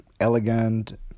elegant